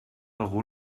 algú